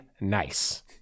nice